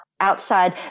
outside